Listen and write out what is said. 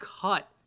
cut